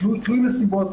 תלוי נסיבות,